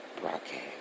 Broadcast